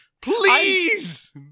Please